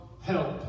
help